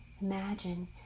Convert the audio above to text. Imagine